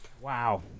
Wow